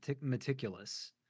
meticulous